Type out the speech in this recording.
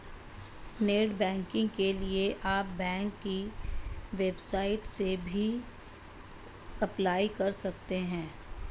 net banking के लिए आप बैंक की वेबसाइट से भी अप्लाई कर सकते है